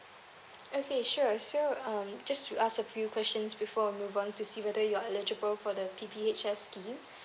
okay sure so um just to ask a few questions before we move on to see whether you are eligible for the P_P_S_H scheme